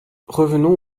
revenons